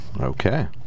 Okay